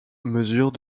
mesure